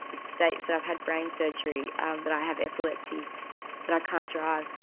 it states that i've had brain surgery, and that i have epilepsy that i can't drive.